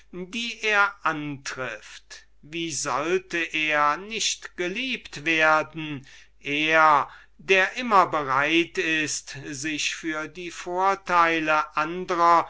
die er antrifft wie sollte er nicht geliebt werden er der immer bereit ist sich für die vorteile andrer